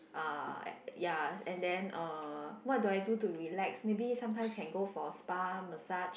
uh ya and then uh what do I do to relax maybe sometimes can go for spa massage